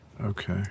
Okay